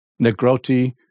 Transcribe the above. Negroti